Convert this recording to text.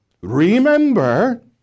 remember